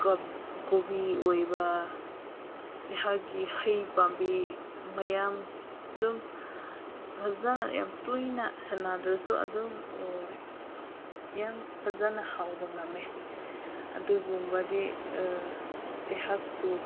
ꯀꯣꯕꯤ ꯑꯣꯏꯕ ꯑꯩꯍꯥꯛꯀꯤ ꯍꯩ ꯄꯥꯝꯕꯤ ꯃꯌꯥꯝ ꯑꯗꯨꯝ ꯐꯖꯅ ꯌꯥꯝ ꯇꯣꯏꯅ ꯁꯦꯟꯅꯗ꯭ꯔꯁꯨ ꯑꯗꯨꯝ ꯌꯥꯝ ꯐꯖꯅ ꯍꯧꯕ ꯉꯝꯃꯦ ꯑꯗꯨꯒꯨꯝꯕꯗꯤ ꯑꯩꯍꯥꯛꯄꯨ